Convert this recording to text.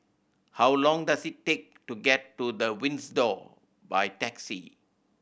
how long does it take to get to The Windsor by taxi